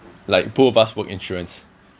like both of us work insurance